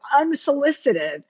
unsolicited